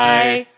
Bye